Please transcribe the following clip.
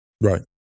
Right